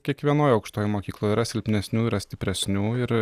kiekvienoj aukštojoj mokykloj yra silpnesnių yra stipresnių ir